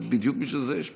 בדיוק בשביל זה יש פרלמנט.